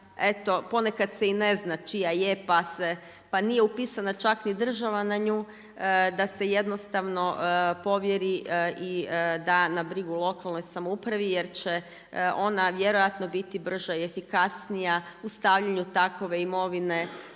ponekad se i ne zna čija je, pa nije upisana čak ni država na nju, da se jednostavno povjeri i da na brigu lokalnoj samoupravi jer će ona vjerojatno biti brža i efikasnija u stavljanju takve imovine